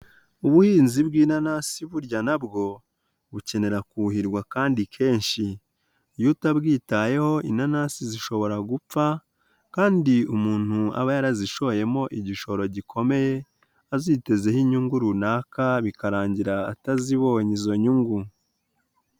Ubuhinzi bw'inanasi burya nabwo bukenera kuhirwa kandi kenshi iyo utabwitayeho inanasi zishobora gupfa kandi umuntu aba yarazishoyemo igishoro gikomeye azitezeho inyungu runaka bikarangira atazibonye izo nyungu.